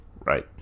Right